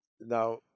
now